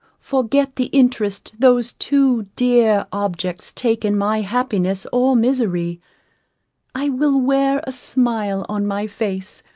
forget the interest those two dear objects take in my happiness or misery i will wear a smile on my face,